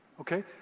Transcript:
okay